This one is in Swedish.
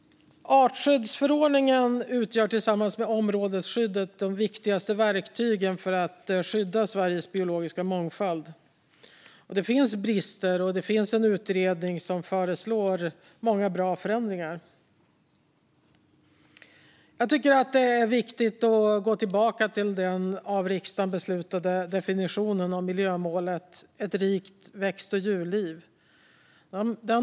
Artskyddsförordningen utgör tillsammans med områdesskyddet de viktigaste verktygen för att skydda Sveriges biologiska mångfald. Det finns brister här, men en utredning föreslår många bra förändringar. Det är viktigt att gå tillbaka till den av riksdagen beslutade definitionen av miljömålet Ett rikt växt och djurliv.